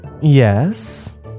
Yes